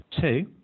two